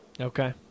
Okay